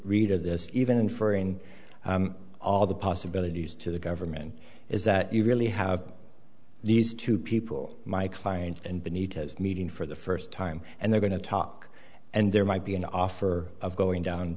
read of this even inferring all the possibilities to the government is that you really have these two people my client and benito's meeting for the first time and they're going to talk and there might be an offer of going down